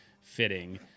fitting